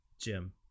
Jim